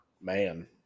man